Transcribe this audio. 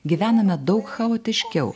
gyvename daug chaotiškiau